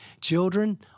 children